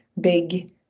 big